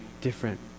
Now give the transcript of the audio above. different